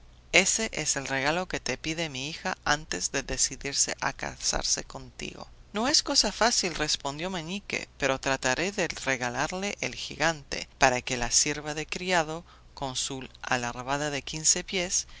ese es el regalo que te pide mi hija antes de decidirse a casarse contigo no es cosa fácil respondió meñique pero trataré de regalarle el gigante para que le sirva de criado con su alabarda de quince pies